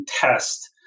test